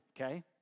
okay